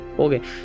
Okay